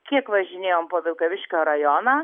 kiek važinėjom po vilkaviškio rajoną